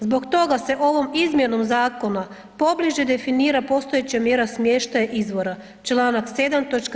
Zbog toga se ovog izmjenom zakona pobliže definira postojeća mjera smještaj izvora, čl. 7. toč.